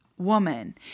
woman